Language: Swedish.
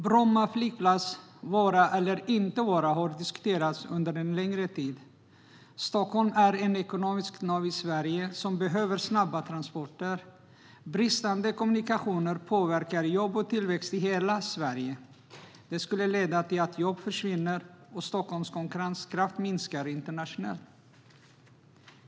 Bromma flygplats vara eller inte vara har diskuterats under lång tid. Stockholm är ett ekonomiskt nav i Sverige som behöver snabba transporter. Bristande kommunikationer påverkar jobb och tillväxt i hela Sverige. Det skulle leda till att jobb försvinner och att Stockholms konkurrenskraft minskar internationellt.